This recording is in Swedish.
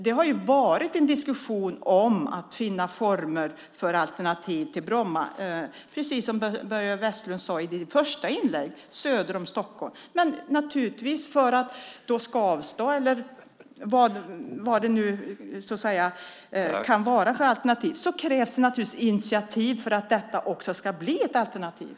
Det har varit en diskussion om att finna former för alternativ till Bromma, precis som Börje Vestlund sade i sitt första inlägg, söder om Stockholm. För Skavsta eller vad det kan vara för alternativ krävs det naturligtvis initiativ för att detta ska bli ett alternativ.